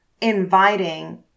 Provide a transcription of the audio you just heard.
inviting